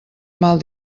mal